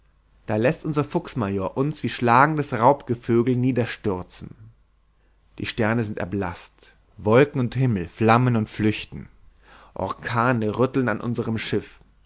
da läßt unser fuchsmajor uns wie schlagendes raubgevögel niederstürzen die sterne sind erblaßt wolken und himmel flammen und flüchten orkane rütteln an unserem schiff